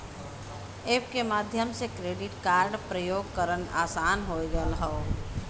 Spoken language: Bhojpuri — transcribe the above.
एप के माध्यम से क्रेडिट कार्ड प्रयोग करना आसान हो गयल हौ